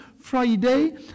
Friday